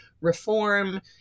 reform